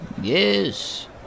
yes